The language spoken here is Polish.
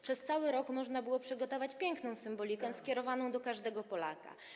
Przez cały rok można było przygotować piękną symbolikę skierowaną do każdego Polaka.